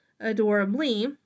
adorably